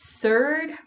third